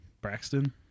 Braxton